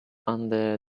under